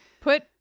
Put